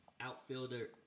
Outfielder